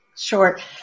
short